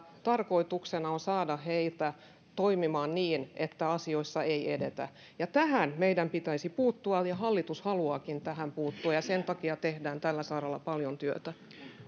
tarkoituksena on saada heidät toimimaan niin että asioissa ei edetä tähän meidän pitäisi puuttua ja hallitus haluaakin tähän puuttua ja sen takia tehdään tällä saralla paljon työtä